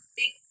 big